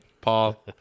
Paul